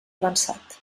avançat